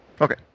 Okay